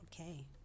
Okay